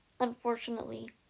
unfortunately